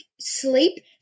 sleep